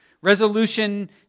Resolution